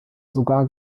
sogar